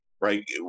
right